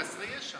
אבל זה חסרי ישע.